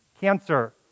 cancer